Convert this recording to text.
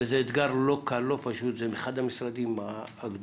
זה אתגר לא קל, לא פשוט - זה אחד המשרדים הגדולים.